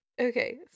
Okay